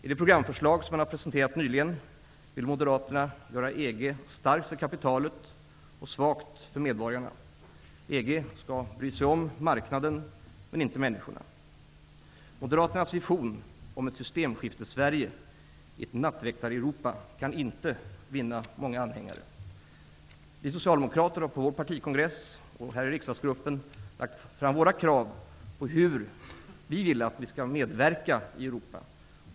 I det programförslag som man nyligen presenterat vill Moderaterna göra EG starkt för kapitalet och svagt för medborgarna. EG skall bry sig om marknaden men inte om människorna. Moderaternas vision om ett Systemskiftessverige i ett Nattväktareuropa kan inte vinna många anhängare. Vi socialdemokrater har på vår partikongress och i riksdagsgruppen lagt fram våra krav på hur vi vill att vi skall medverka i Europa.